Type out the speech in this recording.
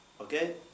Okay